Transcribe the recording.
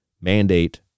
mandate